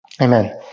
Amen